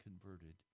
converted